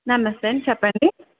నమస్తే అండి చెప్పండి